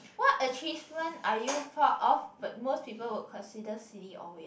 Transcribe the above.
what achievement are you proud of but most people would consider silly or weird